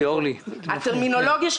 הטרמינולוגיה,